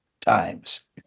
Times